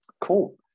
cool